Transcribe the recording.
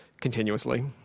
continuously